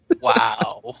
wow